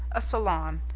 a salon.